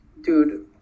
dude